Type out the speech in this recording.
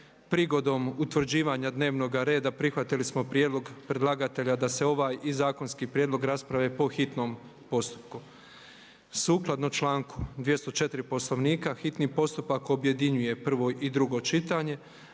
Prigodom utvrđivanja dnevnog reda prihvatili smo prijedlog predlagatelja da se ovaj i zakonski prijedlog rasprave po hitnom postupku. Sukladno članku 204. Poslovnika hitni postupak objedinjuje prvo i drugo čitanje